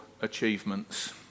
achievements